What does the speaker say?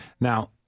Now